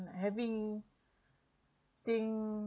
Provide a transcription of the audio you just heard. having thing